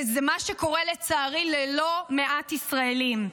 וזה מה שקורה לצערי ללא מעט ישראלים.